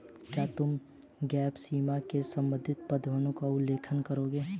क्या तुम गैप सीमा से संबंधित प्रावधानों का उल्लेख करोगे?